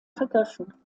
vergriffen